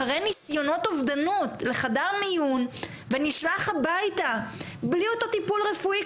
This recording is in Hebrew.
אחרי ניסיונות אובדנות לחדר מיון ונשלח הבייתה בלי אותו טיפול רפואי,